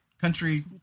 country